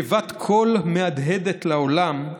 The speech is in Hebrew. כבת קול מהדהדת לעולם,